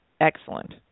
excellent